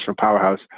powerhouse